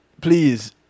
please